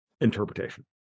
interpretation